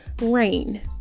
Rain